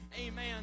amen